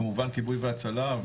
כמובן כיבוי והצלה,